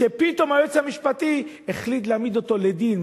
שפתאום היועץ המשפטי החליט להעמיד אותו לדין.